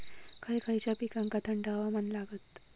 खय खयच्या पिकांका थंड हवामान लागतं?